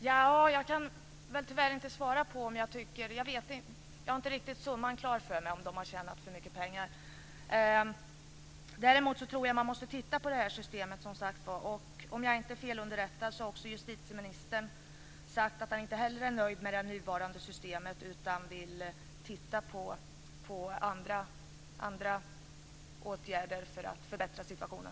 Fru talman! Jag kan tyvärr inte svara på det. Jag har inte summan riktigt klar för mig, jag vet inte om de har tjänat mycket pengar. Däremot tror jag att man måste titta på systemet. Om jag inte är felunderrättad har justitieministern sagt att han inte heller nöjd med det nuvarande systemet utan vill titta på andra åtgärder för att förbättra situationen.